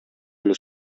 эле